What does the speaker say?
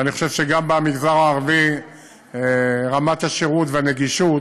ואני חושב שגם במגזר הערבי רמת השירות והנגישות,